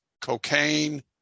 cocaine